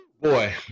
Boy